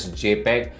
jpeg